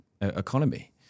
economy